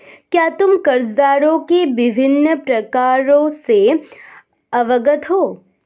क्या तुम कर्जदारों के विभिन्न प्रकारों से अवगत हो?